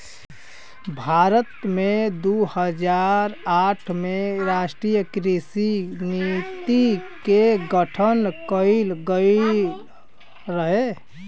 भारत में दू हज़ार आठ में राष्ट्रीय कृषि नीति के गठन कइल गइल रहे